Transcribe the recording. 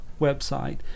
website